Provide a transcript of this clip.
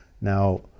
Now